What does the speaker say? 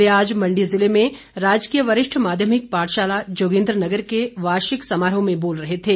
वे आज मण्डी जिले में राजकीय वरिष्ठ माध्यमिक पाठशाला जोगिन्द्रनगर के वार्षिक समारोह में बोल रहे थे